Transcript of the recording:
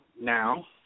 now